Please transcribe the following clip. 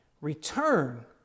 Return